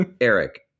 Eric